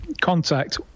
contact